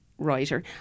writer